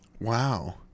Wow